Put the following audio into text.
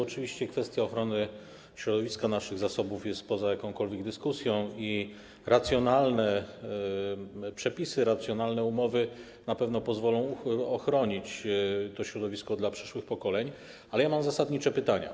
Oczywiście kwestia ochrony środowiska, naszych zasobów, jest poza jakąkolwiek dyskusją i racjonalne przepisy, racjonalne umowy na pewno pozwolą ochronić to środowisko dla przyszłych pokoleń, ale mam zasadnicze pytania.